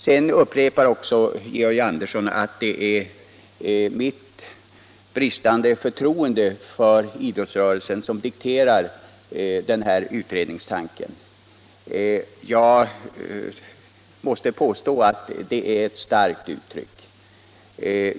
Georg Andersson upprepar att det är mitt bristande förtroende för idrottsrörelsen som dikterar min anslutning till utredningskravet. Jag måste påstå att det är ett starkt uttryck.